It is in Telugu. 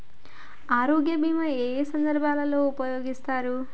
ఆరోగ్య బీమా ఏ ఏ సందర్భంలో ఉపయోగిస్తారు?